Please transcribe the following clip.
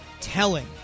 telling